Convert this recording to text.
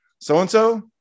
so-and-so